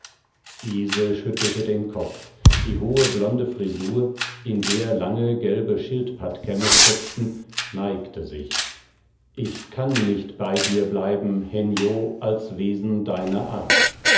ise schüttelte den kopf die hohe blonde frisur in der lange gelbe schildpattkämme steckten neigte sich ich kann nicht bei dir bleiben hen yo als wesen deiner art